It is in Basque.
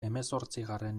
hemezortzigarren